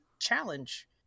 challenge